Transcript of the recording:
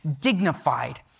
dignified